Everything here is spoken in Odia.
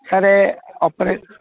ସାର୍ ଅପେର